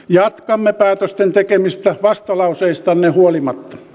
jatkamme päätösten tekemistä vastalauseistanne huolimatta